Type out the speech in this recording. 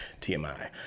TMI